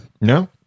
No